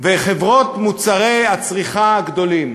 וחברות מוצרי הצריכה הגדולות,